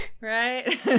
Right